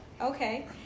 Okay